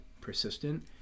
persistent